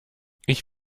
ich